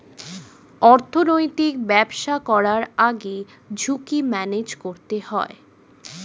অর্থনৈতিক ব্যবসা করার আগে ঝুঁকি ম্যানেজ করতে হয়